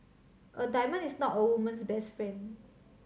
a diamond is not a woman's best friend